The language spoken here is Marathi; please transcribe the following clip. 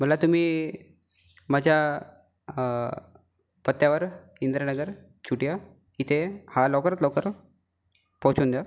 मला तुम्ही माझ्या पत्यावर इंदिरानगर छुट्या इथे हा लवकरात लवकर पोहोचवून द्या